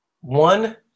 One